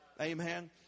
Amen